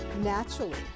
naturally